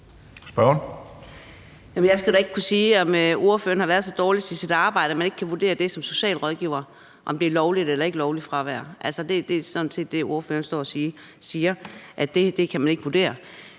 Jeg skal da ikke kunne sige, om ordføreren har været så dårlig til sit arbejde, at hun som socialrådgiver ikke kan vurdere det, altså om det lovligt eller ulovligt fravær. Det er sådan set det, ordføreren står og siger, nemlig at det kan man ikke vurdere.